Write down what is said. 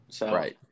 Right